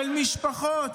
של משפחות,